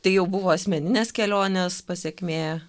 tai jau buvo asmeninės kelionės pasekmė